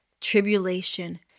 tribulation